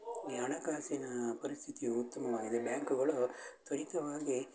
ಈ ಹಣಕಾಸಿನಾ ಪರಿಸ್ಥಿತಿಯು ಉತ್ತಮವಾಗಿದೆ ಬ್ಯಾಂಕುಗಳು ತ್ವರಿತವಾಗಿ